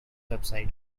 website